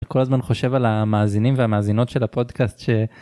כל הזמן חושב על המאזינים והמאזינות של הפודקאסט.